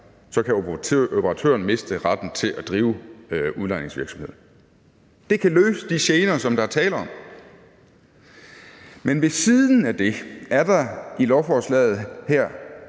så kan operatøren miste retten til at drive udlejningsvirksomhed. Det kan løse de gener, som der er tale om. Men ved siden af det er der i lovforslaget her